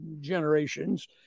generations